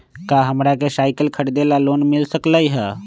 का हमरा के साईकिल खरीदे ला लोन मिल सकलई ह?